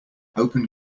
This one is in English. open